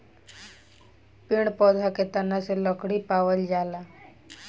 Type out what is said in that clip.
पेड़ पौधा के तना से लकड़ी पावल जाला